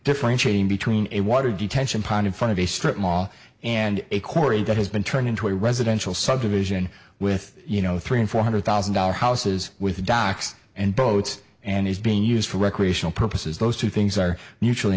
differentiating between a water detention pond in front of a strip mall and a court that has been turned into a residential subdivision with you know three or four hundred thousand dollar houses with docks and boats and is being used for recreational purposes those two things are mutually